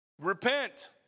Repent